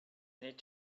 need